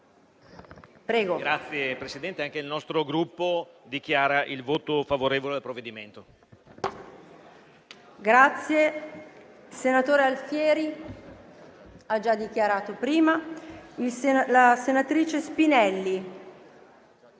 Signor Presidente, anche il nostro Gruppo dichiara il voto favorevole al provvedimento.